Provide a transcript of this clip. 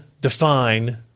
Define